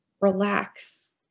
relax